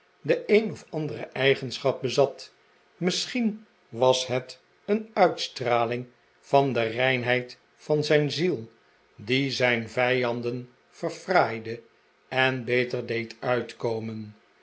de een of andere eigenschap bezat misschien was het een uitstraling van de reinheid van zijn ziel die zijn vijanden verfraaide en beter deed uitkomen